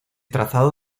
trazado